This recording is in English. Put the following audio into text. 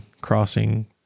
crossing